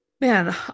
man